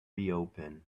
reopen